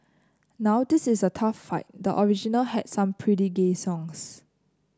now this is a tough fight the original had some pretty gay songs